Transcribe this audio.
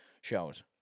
shows